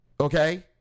okay